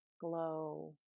glow